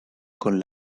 con